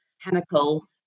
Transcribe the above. chemical